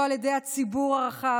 לא על ידי הציבור הרחב,